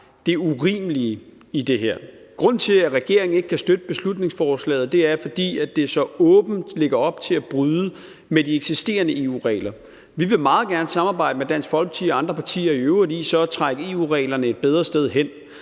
det urimelige i det her. Grunden til, at regeringen ikke kan støtte beslutningsforslaget, er, fordi det så åbent lægger op til at bryde med de eksisterende EU-regler. Vi vil meget gerne samarbejde med Dansk Folkeparti, og andre partier i øvrigt, om at trække EU-reglerne et bedre sted hen.